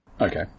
Okay